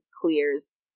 clears